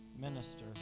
minister